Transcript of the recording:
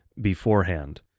beforehand